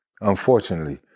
unfortunately